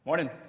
Morning